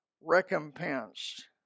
Recompensed